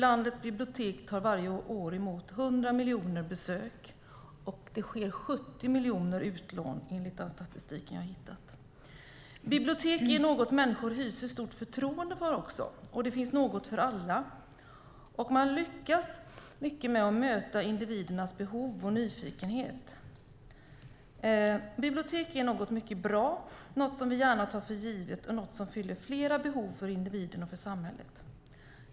Landets bibliotek tar varje år emot 100 miljoner besök, och 70 miljoner utlån sker enligt den statistik jag hittat. Bibliotek är någonting som människor hyser ett stort förtroende för. Det finns något för alla. Man lyckas mycket med att möta individens behov och nyfikenhet. Bibliotek är någonting som är mycket bra, någonting som vi gärna tar för givet och någonting som fyller flera behov för individen och för samhället.